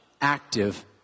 active